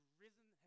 risen